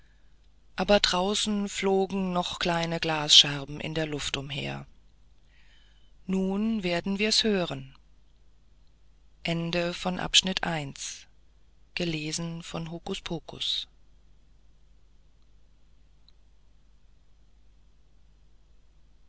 aber draußen flogen noch kleine glasscherben in der luft umher nun werden wir's hören